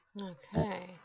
Okay